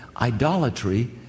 idolatry